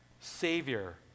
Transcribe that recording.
Savior